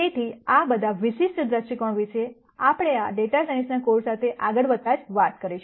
તેથી આ બધા વિશિષ્ટ દ્રષ્ટિકોણ વિશે આપણે આ ડેટા સાયન્સ કોર્સ સાથે આગળ વધતા જ વાત કરીશું